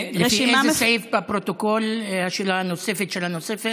לפי איזה סעיף בפרוטוקול השאלה הנוספת על הנוספת?